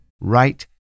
right